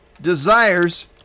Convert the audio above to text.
desires